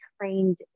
trained